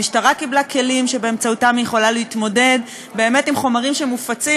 המשטרה קיבלה כלים שבאמצעותם היא יכולה להתמודד באמת עם חומרים שמופצים,